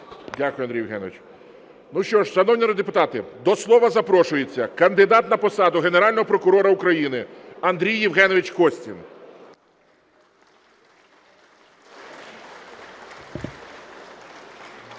Дякую, Андрій Євгенович. Ну, що ж, шановні народні депутати, до слова запрошується кандидат на посаду Генерального прокурора України Андрій Євгенович Костін.